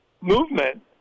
movement